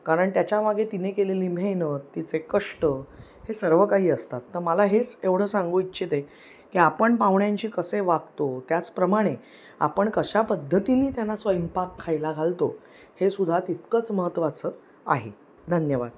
कारण त्याच्यामागे तिने केलेली मेहनत तिचे कष्ट हे सर्व काही असतात तर मला हेच एवढं सांगू इच्छिते की आपण पाहुण्यांशी कसे वागतो त्याचप्रमाणे आपण कशा पद्धतीने त्यांना स्वयंपाक खायला घालतो हे सुद्धा तितकंच महत्त्वाचं आहे धन्यवाद